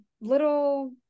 little